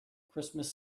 christmas